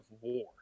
war